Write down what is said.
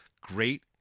Great